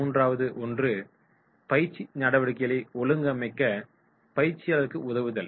மூன்றாவது ஒன்று பயிற்சி நடவடிக்கைகளை ஒழுங்கமைக்க பயிற்சியாளர்களுக்கு உதவுதல்